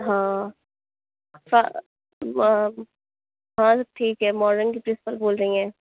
ہاں اور ٹھیک ہے کی پرنسپل بول رہی ہیں